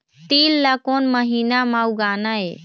तील ला कोन महीना म उगाना ये?